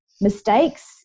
mistakes